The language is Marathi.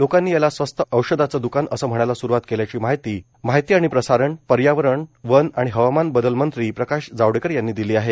लोकांनी याला स्वस्त औषधांचं द्कान असं म्हणायला सुरुवात केल्याची माहिती आणि प्रसारण पर्यावरण वन आणि हवामान बदलमंत्री प्रकाश जावडेकर यांनी दिली आहे